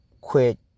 quit